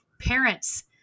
parents